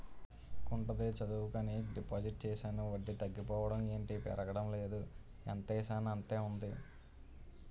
గుంటడి చదువుకని డిపాజిట్ చేశాను వడ్డీ తగ్గిపోవడం ఏటి పెరగలేదు ఎంతేసానంతే ఉంది